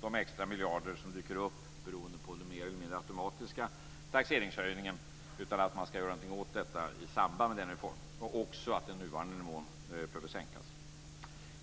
de extra miljarder som dyker upp beroende på den mer eller mindre automatiska taxeringshöjningen, utan att man ska göra någonting åt detta i samband med den reformen. Också den nuvarande nivån behöver sänkas.